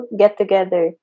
get-together